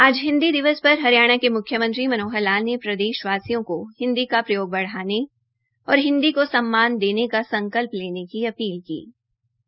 आज हिन्दी दिवस पर हरियाण के मुख्यमंत्री मनोहर लाल ने प्रदेशवासियों को हिन्दी का प्रयोग बढ़ाने और हिन्दी को सम्मान देने का संकल्प की अपील की है